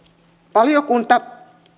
valiokunta